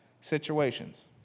situations